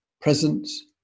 presence